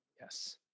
Yes